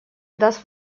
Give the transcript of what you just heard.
даст